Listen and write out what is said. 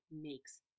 makes